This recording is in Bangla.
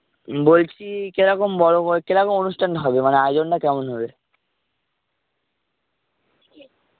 বলছি কিরকম বড়ো বা কিরকম অনুষ্ঠান হবে মানে আয়োজনটা কেমন হবে